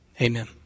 amen